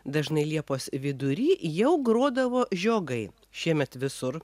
dažnai liepos vidury jau grodavo žiogai šiemet visur